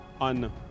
on